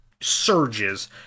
surges